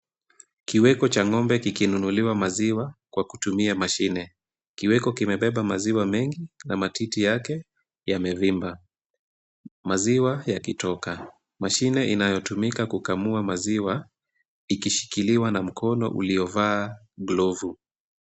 Kiweko cha ng'ombe kikinunuliwa maziwa kwa kutumia mashine. Kiweko kimebeba maziwa mengi na matiti yake yamevimba. Maziwa yakitoka, mashine inayotumika kukamua maziwa ikishikiliwa na mkono uliovaa glovu.